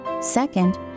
Second